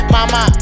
Mama